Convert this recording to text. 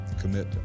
commit